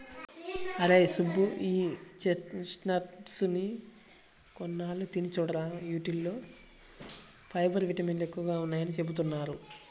అరేయ్ సుబ్బు, ఈ చెస్ట్నట్స్ ని కొన్నాళ్ళు తిని చూడురా, యీటిల్లో ఫైబర్, విటమిన్లు ఎక్కువని చెబుతున్నారు